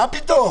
מה פתאום.